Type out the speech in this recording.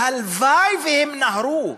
הלוואי שהיו נוהרים,